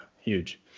Huge